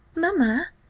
mamma,